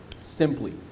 simply